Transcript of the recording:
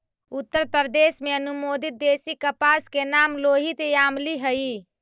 उत्तरप्रदेश में अनुमोदित देशी कपास के नाम लोहित यामली हई